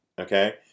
okay